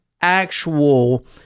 actual